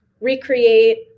recreate